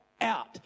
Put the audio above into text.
out